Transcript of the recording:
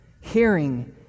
Hearing